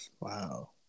Wow